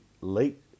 late